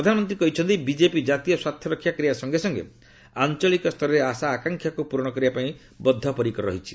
ପ୍ରଧାନମନ୍ତ୍ରୀ କହିଛନ୍ତି ବିଜେପି ଜାତୀୟ ସ୍ୱାର୍ଥ ରକ୍ଷା କରିବା ସଙ୍ଗେ ସଙ୍ଗେ ଆଞ୍ଚଳିକ ସ୍ତରରେ ଆଶା ଆକାଂକ୍ଷାକୁ ପୂରଣ କରିବା ପାଇଁ ବଧ ପରିକର ରହିଛି